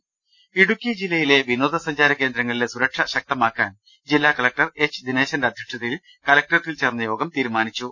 രദ്ദേഷ്ടങ ഇടുക്കി ജില്ലയിലെ വിനോദസഞ്ചാര കേന്ദ്രങ്ങളിലെ സുരക്ഷ ശക്തമാ ക്കാൻ ജില്ലാ കലക്ടർ എച്ച് ദിനേശന്റെ അധ്യക്ഷതയിൽ കലക്ടറേറ്റിൽ ചേർന്ന യോഗം തീരുമാനിച്ചു